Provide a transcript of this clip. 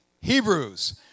Hebrews